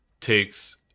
takes –